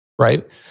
right